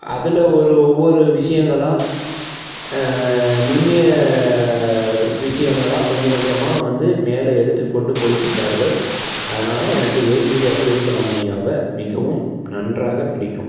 அதில் ஒரு ஒவ்வொரு விஷயங்களா நுண்ணிய விஷயங்களா கொஞ்சம் கொஞ்சமாக வந்து மேலே எடுத்து கொண்டு போயிட்டிருக்காருகள் அதனால் எனக்கு ஏபிஜே அப்துல்கலாம் ஐயாவை மிகவும் நன்றாக பிடிக்கும்